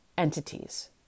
Entities